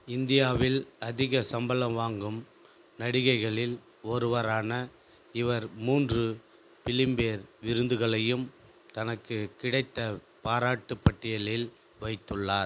இந்தியாவில் அதிக சம்பளம் வாங்கும் நடிகைகளில் ஒருவரான இவர் மூன்று பிலிம்பேர் விருதுகளையும் தனக்குக் கிடைத்தப் பாராட்டுப் பட்டியலில் வைத்துள்ளார்